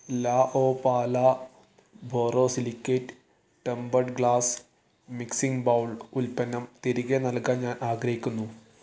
ലാ Opala borosilicate tempered glass mixing bowl ഉൽപ്പന്നം തിരികെ നൽകാൻ ഞാൻ ആഗ്രഹിക്കുന്നു